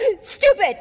stupid